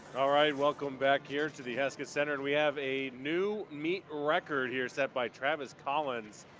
all right, welcome back here to the heskett center, and we have a new meet record here set by travis collins.